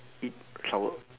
eat sour